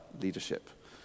leadership